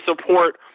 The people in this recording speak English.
support